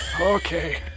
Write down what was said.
Okay